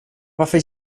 varför